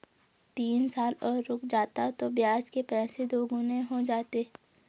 तीन साल और रुक जाता तो ब्याज के पैसे दोगुने हो जाते